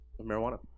marijuana